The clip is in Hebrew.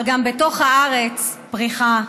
אבל גם בתוך הארץ, פריחה.